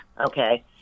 okay